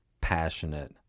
passionate